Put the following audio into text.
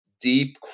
deep